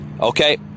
Okay